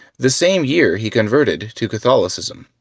the same year he converted to catholicism.